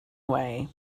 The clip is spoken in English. way